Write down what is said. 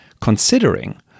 considering